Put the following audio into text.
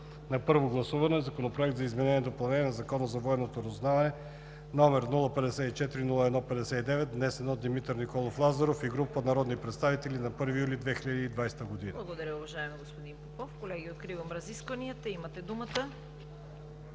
Благодаря, уважаеми господин Попов. Колеги, откривам разискванията. Имате думата.